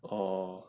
oh